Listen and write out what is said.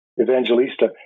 Evangelista